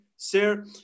Sir